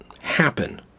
happen